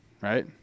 right